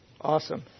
Awesome